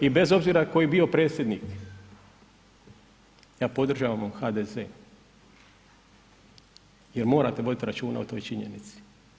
I bez obzira koji bio predsjednik ja podržavam HDZ jer morate voditi računa o toj činjenici.